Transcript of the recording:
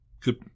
Good